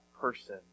person